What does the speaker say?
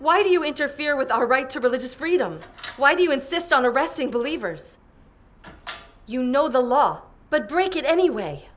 why do you interfere with our right to religious freedom why do you insist on arresting believers you know the law but break it anyway